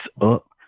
up